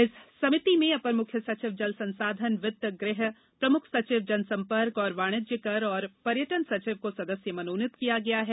इस समिति में अपर मुख्य सचिव जल संसाधन वित्त गृह प्रमुख सचिव जन संपर्क और वाणिज्य कर और पर्यटन सचिव को सदस्य मनोनीत किया गया है